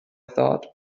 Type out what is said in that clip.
thought